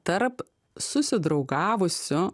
tarp susidraugavusių